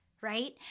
Right